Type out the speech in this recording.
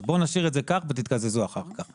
אז בואו נשאיר את זה כך ותתקזזו אחר כך.